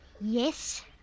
Yes